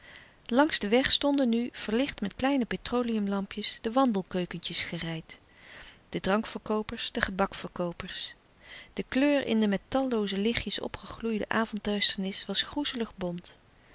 langs den weg stonden nu verlicht met kleine petroleumlampjes de wandelkeukentjes gereid de drankverkoopers de gebakverkoopers de kleur in de met tallooze lichtjes opgegloeide avondduisternis was groezelig bont